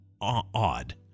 odd